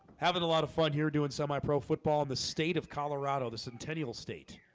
having a lot of fun here doing semi-pro football in the state of colorado the centennial state